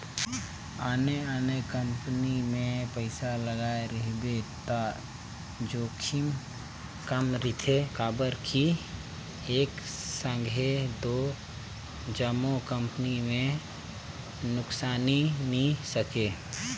आने आने कंपनी मे पइसा लगाए रहिबे त जोखिम कम रिथे काबर कि एक संघे दो जम्मो कंपनी में नुकसानी नी सके